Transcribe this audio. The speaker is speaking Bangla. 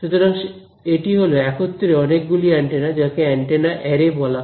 সুতরাং এটি হলো একত্রে অনেকগুলি অ্যান্টেনা যাকে অ্যান্টেনা অ্যারে বলা হয়